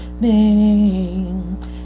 name